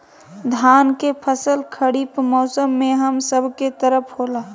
धान के फसल खरीफ मौसम में हम सब के तरफ होला